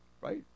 right